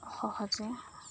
সহজে